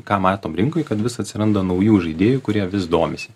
ką matom rinkoj kad vis atsiranda naujų žaidėjų kurie vis domisi